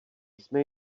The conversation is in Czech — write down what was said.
jsme